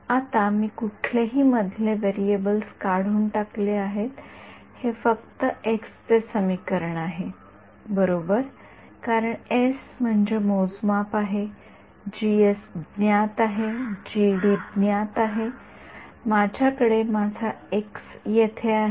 आता मी कुठलेही मधले व्हेरिएबल्स काढून टाकले आहेत हे फक्त एक्सचे समीकरण आहे बरोबर कारण एस म्हणजे मोजमाप आहे ज्ञात आहे ज्ञात आहे माझ्याकडे माझा एक्स येथे आहे